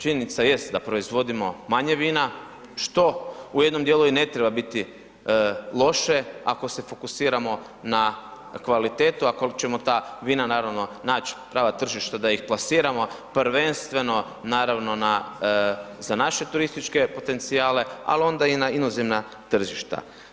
Činjenica jest da proizvodimo manje vina, što u jednom dijelu i ne treba biti loše ako se fokusiramo na kvalitetu, ako odlučimo ta vina naravno nać prava tržišta da ih plasiramo, prvenstveno naravno na za naše turističke potencijale, al onda i na inozemna tržišta.